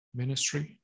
ministry